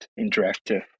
interactive